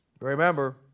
Remember